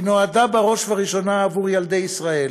היא נועדה בראש ובראשונה עבור ילדי ישראל,